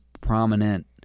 prominent